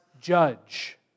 judge